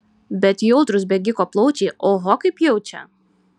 bet jautrūs bėgiko plaučiai oho kaip jaučia